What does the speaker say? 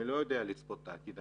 אני לא יודע לצפות את העתיד,